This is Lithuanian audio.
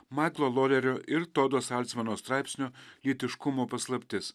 maiklo lorelio ir todo salcmano straipsnio lytiškumo paslaptis